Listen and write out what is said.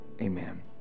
amen